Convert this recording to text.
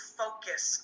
focus